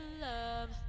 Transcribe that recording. love